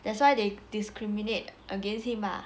that's why they discriminate against him mah